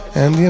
and, you